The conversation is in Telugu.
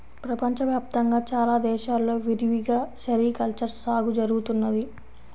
ప్రపంచ వ్యాప్తంగా చాలా దేశాల్లో విరివిగా సెరికల్చర్ సాగు జరుగుతున్నది